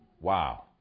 Wow